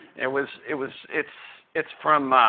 it was it was it's it's from